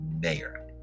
mayor